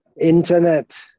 Internet